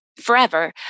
forever